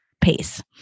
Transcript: pace